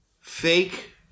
fake